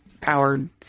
powered